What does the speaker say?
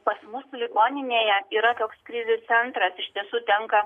pas mus ligoninėje yra toks krizių centras iš tiesų tenka